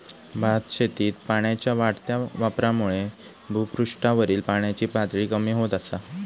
भातशेतीत पाण्याच्या वाढत्या वापरामुळा भुपृष्ठावरील पाण्याची पातळी कमी होत असा